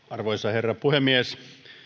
arvoisa herra puhemies